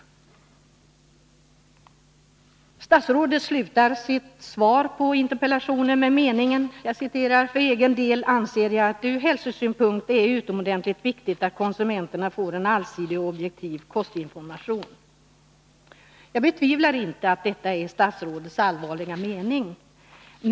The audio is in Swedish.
Statsrådet slutar sitt svar på interpellationen med meningen: ”För egen del anser jag att det ur hälsosynpunkt är utomordentligt viktigt att konsumenterna får en allsidig och objektiv kostinformation.” Jag betvivlar inte att detta är statsrådets allvarliga mening.